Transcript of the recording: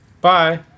Bye